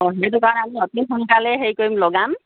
অঁ সেইটো কাৰণে আমি অতি সোনকালে হেৰি কৰিম লগাম